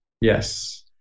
Yes